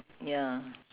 ya